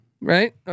Right